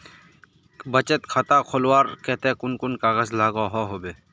बचत खाता खोलवार केते कुन कुन कागज लागोहो होबे?